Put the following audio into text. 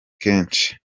kenshi